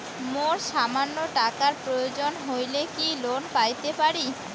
মোর সামান্য টাকার প্রয়োজন হইলে কি লোন পাইতে পারি?